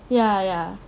ya ya